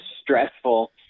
stressful